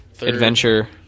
Adventure